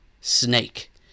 snake